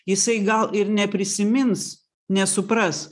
jisai gal ir neprisimins nesupras